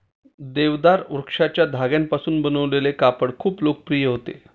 देवदार वृक्षाच्या धाग्यांपासून बनवलेले कापड खूप लोकप्रिय होते